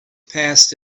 passed